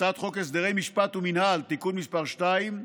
הצעת חוק הסדרי משפט ומינהל (תיקון מס' 2)